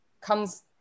comes